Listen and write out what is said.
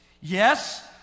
Yes